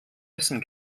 essen